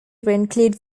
include